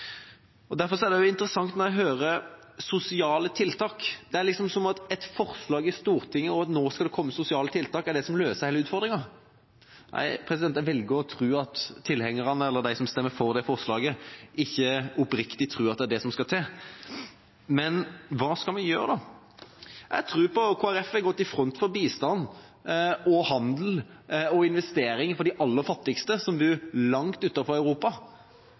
land. Derfor er det interessant når jeg hører det med sosiale tiltak – det virker som om et forslag i Stortinget om at det nå skal komme sosiale tiltak, er det som løser hele utfordringa. Jeg velger å tro at tilhengerne av eller de som stemmer for det forslaget, ikke oppriktig tror at det er det som skal til. Men hva skal vi gjøre? Kristelig Folkeparti har gått i front for bistand, handel og investeringer for de aller fattigste som bor langt utenfor Europa,